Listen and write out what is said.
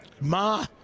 Ma